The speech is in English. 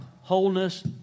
wholeness